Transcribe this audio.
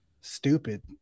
stupid